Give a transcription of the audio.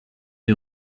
est